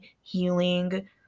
healing